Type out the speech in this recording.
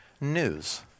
news